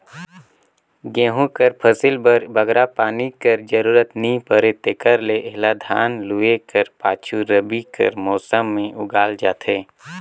गहूँ कर फसिल बर बगरा पानी कर जरूरत नी परे तेकर ले एला धान लूए कर पाछू रबी कर मउसम में उगाल जाथे